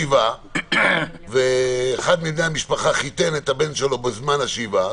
שישבה שבעה ואחד מבני המשפחה חיתן את הבן שלו בזמן השבעה.